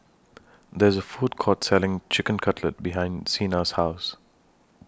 There IS A Food Court Selling Chicken Cutlet behind Xena's House